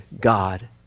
God